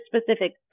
specific